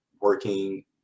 working